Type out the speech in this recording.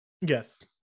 Yes